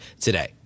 today